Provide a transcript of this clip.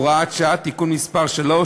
הוראת שעה) (תיקון מס' 3),